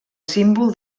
símbol